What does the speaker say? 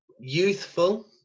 youthful